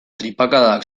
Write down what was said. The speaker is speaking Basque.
tripakadak